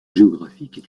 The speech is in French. géographique